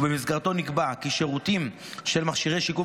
ובמסגרתו נקבע כי שירותים של מכשירי שיקום